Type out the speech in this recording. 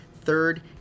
Third